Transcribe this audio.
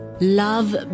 love